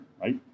right